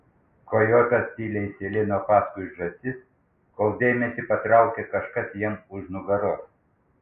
kojotas tyliai sėlino paskui žąsis kol dėmesį patraukė kažkas jam už nugaros